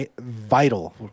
vital